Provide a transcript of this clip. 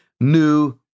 new